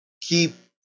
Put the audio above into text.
keep